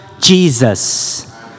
Jesus